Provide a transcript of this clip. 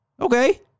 Okay